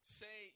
say